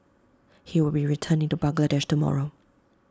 he will be returning to Bangladesh tomorrow